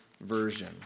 Version